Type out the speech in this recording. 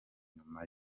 inyuma